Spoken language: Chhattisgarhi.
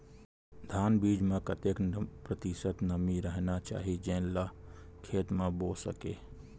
धान बीज म कतेक प्रतिशत नमी रहना चाही जेन ला खेत म बो सके?